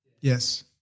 Yes